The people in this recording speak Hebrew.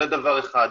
זה דבר אחד.